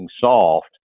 soft